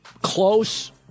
Close